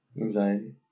Anxiety